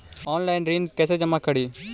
Online ऋण कैसे जमा करी?